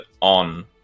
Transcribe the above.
on